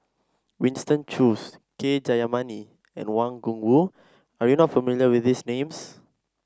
Winston Choos K Jayamani and Wang Gungwu are you not familiar with these names